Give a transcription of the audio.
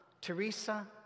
Teresa